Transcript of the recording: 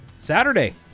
saturday